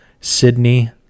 Sydney